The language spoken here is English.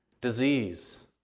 disease